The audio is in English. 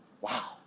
Wow